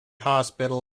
hospital